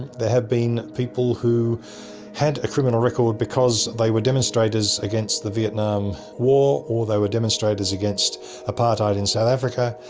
there have been people who had a criminal record because they were demonstrators against the vietnam war or they were demonstrators against apartheid in south africa,